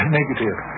negative